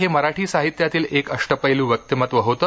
हे मराठी साहित्यातील एक अष्टपैलू व्यक्तिमत्त्व होते